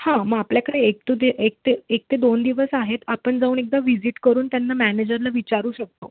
हां मं आपल्याकडे एक तू दे एक ते एक ते दोन दिवस आहेत आपण जाऊन एकदा व्हिजिट करून त्यांना मॅनेजरला विचारू शकतो